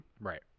right